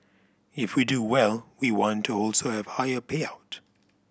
if we do well we want to also have higher payout